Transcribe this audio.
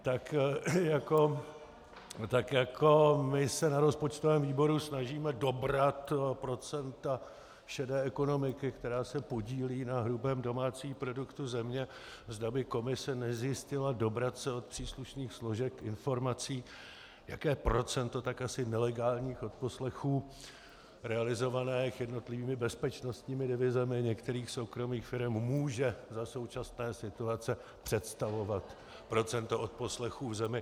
Tak jako my se na rozpočtovém výboru snažíme dobrat procenta šedé ekonomiky, která se podílí na hrubém domácím produktu země, zda by komise nezjistila dobrat se od příslušných složek informací, jaké procento tak asi nelegálních odposlechů realizovaných jednotlivými bezpečnostními divizemi některých soukromých firem může za současné situace představovat procento odposlechů v zemi.